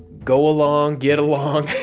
go along get along.